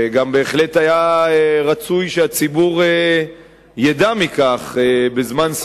וגם בהחלט היה רצוי שהציבור ידע על כך בזמן,